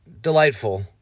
delightful